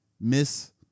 Miss